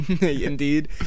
Indeed